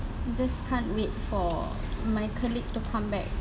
just can't wait for my colleague to come back